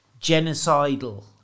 genocidal